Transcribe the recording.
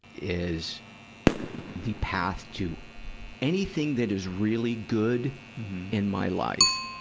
is the path to anything that is really good in my life,